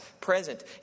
present